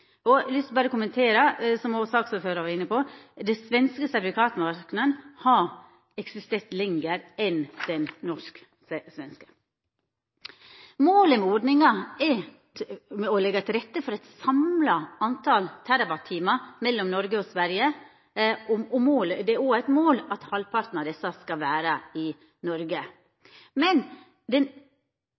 lyst til berre å kommentera, som òg saksordføraren var inne på, at den svenske sertifikatmarknaden har eksistert lenger enn det norsk-svenske. Målet med ordninga er å leggja til rette for eit samla tal TWh mellom Noreg og Sverige, og det er òg eit mål at halvparten av desse skal vera i Noreg. Men